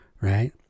right